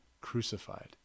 crucified